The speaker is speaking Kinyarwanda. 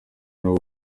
nabo